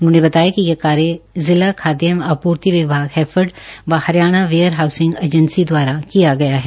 उन्होंने बताया कि ये कार्य जिला खाद्य एवं आपूर्ति विभाग हैफेड व हरियाण वेयर हाउसिंग एजेंसी दवारार किया गया है